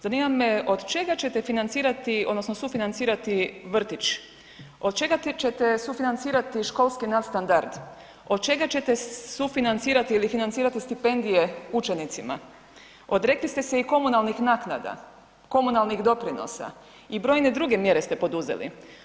Zanima me od čega ćete financirati odnosno sufinancirati vrtić, od čega ćete sufinancirati školski nadstandard, od čega ćete sufinancirati ili financirati stipendije učenicima, odrekli ste se i komunalnih naknada, komunalnih doprinosa i brojne druge mjere ste poduzeli.